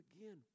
again